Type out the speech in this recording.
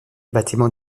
bâtiments